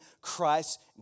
Christ